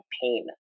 pain